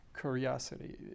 curiosity